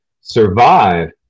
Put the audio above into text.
survive